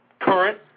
current